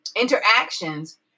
interactions